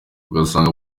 ugasanga